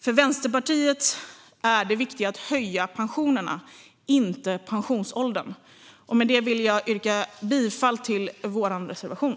För Vänsterpartiet är det viktiga att höja pensionerna, inte pensionsåldern. Med det vill jag yrka bifall till vår reservation.